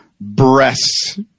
breasts